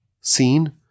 seen